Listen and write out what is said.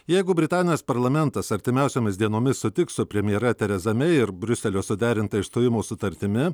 jeigu britanijos parlamentas artimiausiomis dienomis sutiks su premjere tereza mei ir briuseliu suderinta išstojimo sutartimi